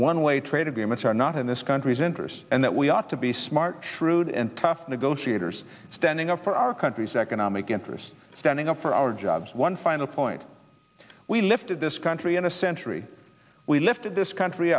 one way trade agreements are not in this country's interests and that we ought to be smart shrewd and tough negotiators standing up for our country's economic interests standing up for our jobs one final point we lifted this country in a century we lifted this country